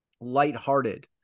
lighthearted